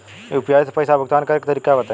UPI से पईसा भुगतान करे के तरीका बताई?